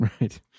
Right